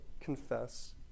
confess